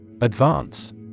Advance